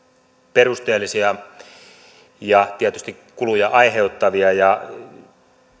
perusteellisia ja tietysti kuluja aiheuttavia ja